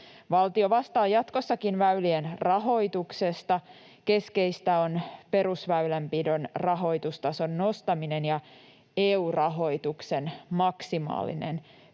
Valtio vastaa jatkossakin väylien rahoituksesta. Keskeistä on perusväylänpidon rahoitustason nostaminen ja EU-rahoituksen maksimaalinen